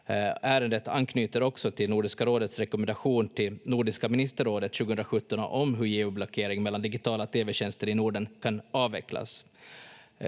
Ärendet anknyter också till Nordiska rådets rekommendation till Nordiska ministerrådet 2017 om hur geoblockering mellan digitala tv-tjänster i Norden kan avvecklas.